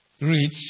reads